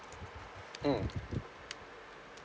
mm